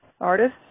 artists